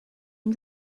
and